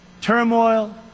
turmoil